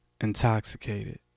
Intoxicated